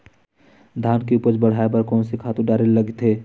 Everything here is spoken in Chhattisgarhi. धान के उपज ल बढ़ाये बर कोन से खातु डारेल लगथे?